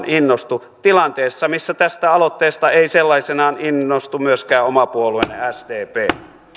innostu tilanteessa missä tästä aloitteesta ei sellaisenaan innostu myöskään oma puolueenne sdp arvoisa